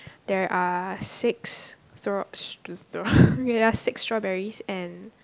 there are six throw str~ there are six strawberries and